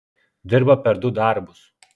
dirba per du darbus